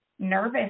nervous